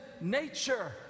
nature